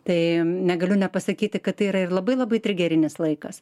tai negaliu nepasakyti kad tai yra ir labai labai trigerinis laikas